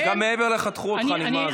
לא, גם מעבר לחתכו אותך, נגמר הזמן.